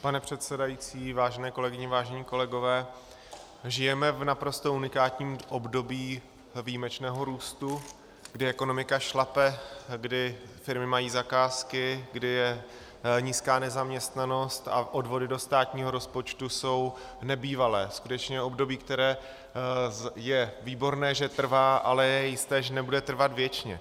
Pan předsedající, vážené kolegyně, vážení kolegové, žijeme v naprosto unikátním období výjimečného růstu, kdy ekonomika šlape, kdy firmy mají zakázky, kdy je nízká nezaměstnanost a odvody do státního rozpočtu jsou nebývalé, skutečně období, které je výborné, že trvá, ale je jisté, že nebude trvat věčně.